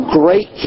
great